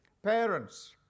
Parents